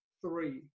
three